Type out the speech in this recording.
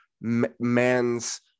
man's